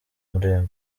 umurego